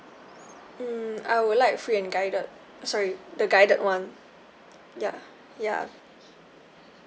mm I would like free and guided sorry the guided [one] ya ya